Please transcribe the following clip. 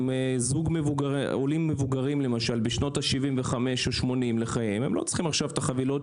זוג עולים מבוגרים בשנות ה-80 לחייהם לא צריכים חבילות